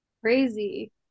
Crazy